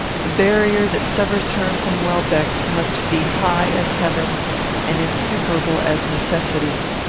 the barrier that severs her from welbeck must be high as heaven and insuperable as necessity.